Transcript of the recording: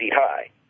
high